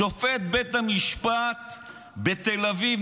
שופט בית המשפט בתל אביב,